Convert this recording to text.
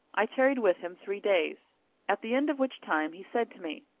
i tarried with him three days at the end of which time he said to me,